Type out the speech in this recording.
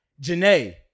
Janae